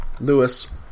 Lewis